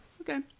Okay